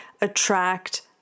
attract